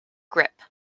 grip